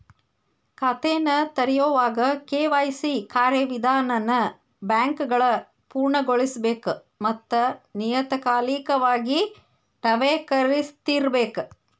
ಖಾತೆನ ತೆರೆಯೋವಾಗ ಕೆ.ವಾಯ್.ಸಿ ಕಾರ್ಯವಿಧಾನನ ಬ್ಯಾಂಕ್ಗಳ ಪೂರ್ಣಗೊಳಿಸಬೇಕ ಮತ್ತ ನಿಯತಕಾಲಿಕವಾಗಿ ನವೇಕರಿಸ್ತಿರಬೇಕ